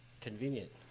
convenient